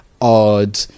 odd